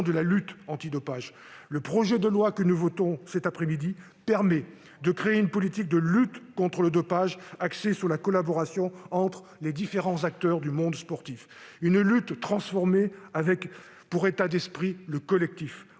de lutte antidopage. Le projet de loi que nous votons cet après-midi permet de créer une politique de lutte contre le dopage axée sur la collaboration entre les différents acteurs du monde du sport : une lutte transformée, avec le collectif